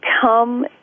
come